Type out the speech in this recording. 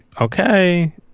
Okay